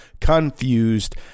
CONFUSED